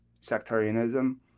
sectarianism